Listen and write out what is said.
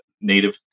native